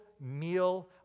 meal